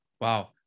Wow